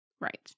right